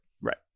Right